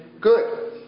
Good